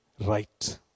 right